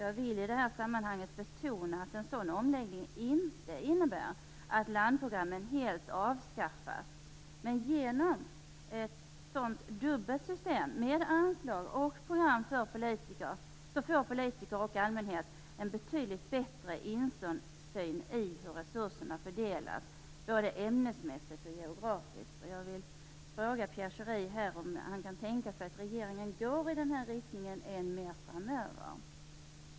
Jag vill i det här sammanhanget betona att en sådan omläggning inte innebär att landprogrammen helt avskaffas. Men genom ett dubbelt system med anslag och program får politiker och allmänhet en betydligt bättre insyn i hur resurserna fördelas både ämnesmässigt och geografiskt. Jag vill fråga Pierre Schori om han kan tänka sig att regeringen går i den här riktningen än mer framöver.